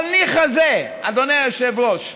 אבל ניחא זה, אדוני היושב-ראש,